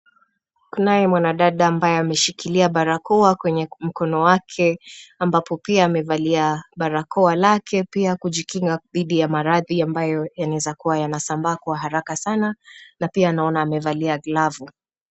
Kunaye mwanadada ambaye ameshikilia barakoa kwenye mkono wake ambapo pia amevalia barakoa lake pia kujikinga dhidi ya maradhi ambayo yanawezakuwa yanasambaa kwa haraka sana na pia naona amevalia glavu.